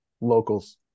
locals